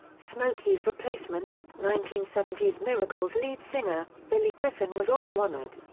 smokey's replacement, nineteen seventy s miracles lead singer, billy griffin was also honored.